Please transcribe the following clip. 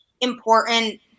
important